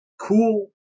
cool